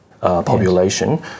population